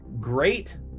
great